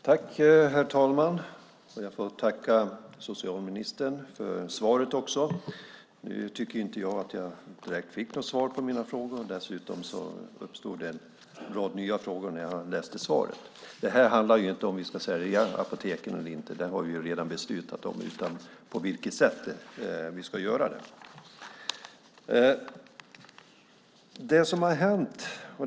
Herr talman! Jag får tacka socialministern för svaret. Dock tycker jag inte att jag direkt fick något svar på mina frågor. Dessutom uppstod en rad nya frågor när jag läste svaret. Det här handlar inte om huruvida vi ska sälja apoteken eller inte - det har vi redan beslutat om - utan på vilket sätt vi ska göra det.